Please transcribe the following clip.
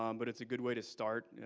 um but it's a good way to start.